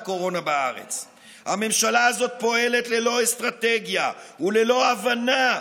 ואז בברית הלא-קדושה הזו הם רצים ומתרוצצים לילה שלם.